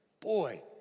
Boy